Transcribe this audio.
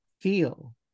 feel